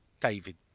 David